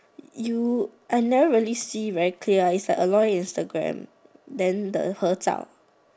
you I never really see very clear it's like Aloy Instagram then the 合照